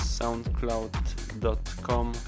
soundcloud.com